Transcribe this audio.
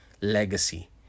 legacy